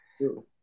True